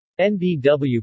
NBW